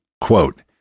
Quote